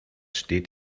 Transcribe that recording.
steht